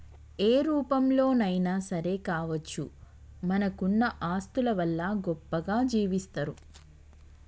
ఏ రూపంలోనైనా సరే కావచ్చు మనకున్న ఆస్తుల వల్ల గొప్పగా జీవిస్తరు